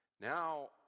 Now